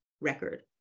record